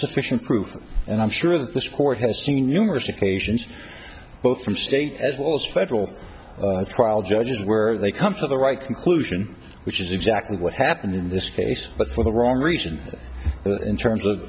sufficient proof and i'm sure that this court has seen numerous occasions both from state as well as federal trial judges where they come to the right conclusion which is exactly what happened in this case but for the wrong reason in terms of